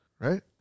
right